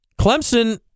Clemson